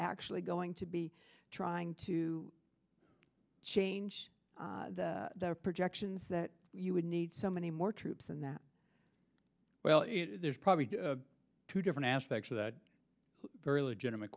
actually going to be trying to change the projections that you would need so many more troops and that well there's probably two different aspects of that very legitimate